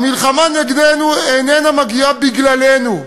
המלחמה נגדנו איננה מגיעה בגללנו.